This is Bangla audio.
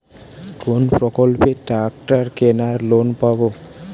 কোন প্রকল্পে ট্রাকটার কেনার লোন পাব?